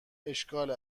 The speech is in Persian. اشکال